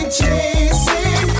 chasing